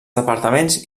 departaments